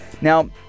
Now